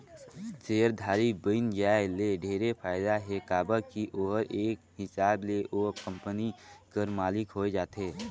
सेयरधारी बइन जाये ले ढेरे फायदा हे काबर की ओहर एक हिसाब ले ओ कंपनी कर मालिक होए जाथे